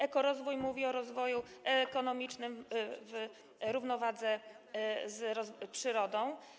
Ekorozwój mówi o rozwoju ekonomicznym w równowadze z przyrodą.